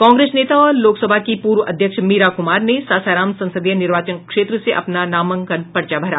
कांग्रेस नेता और लोकसभा की पूर्व अध्यक्ष मीरा कुमार ने सासाराम संसदीय निर्वाचन क्षेत्र से अपना नामांकन पर्चा भरा